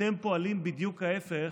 ואתם פועלים בדיוק להפך,